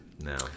no